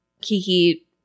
Kiki